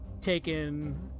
taken